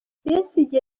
besigye